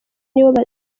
nibo